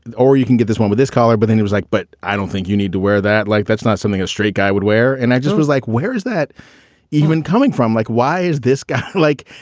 and oh, you can get this one with this collar. but then he was like, but i don't think you need to wear that. like, that's not something a straight guy would wear. and i just was like, where's that even coming from? like, why is this guy like,